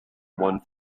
one